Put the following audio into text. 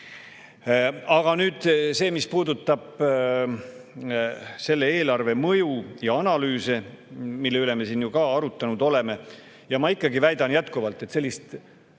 nüüd see, mis puudutab selle eelarve mõju ja analüüse, mille üle me siin ju ka arutanud oleme. Ma ikkagi väidan jätkuvalt, et sellist